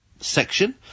section